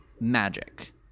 magic